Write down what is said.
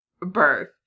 birth